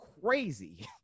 crazy